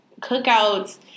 cookouts